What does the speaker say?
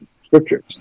scriptures